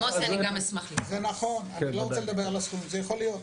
אני לא רוצה לדבר על הסכום, זה יכול להיות.